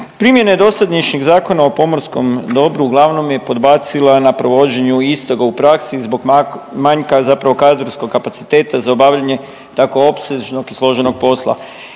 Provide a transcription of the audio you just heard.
Primjene dosadašnjeg Zakona o pomorskom dobru uglavnom je podbacila na provođenju istoga u praksi zbog manjka zapravo kadrovskog kapaciteta za obavljanje tako opsežnog i složenog posla.